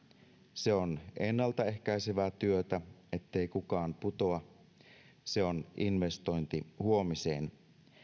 se on ennaltaehkäisevää työtä ettei kukaan putoa se on investointi huomiseen